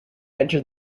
entered